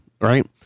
right